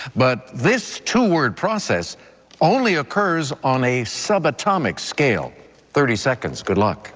but this two-word process only occurs on a subatomic scale thirty seconds. good luck